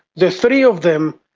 the three of them,